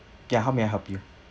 ya how may I help you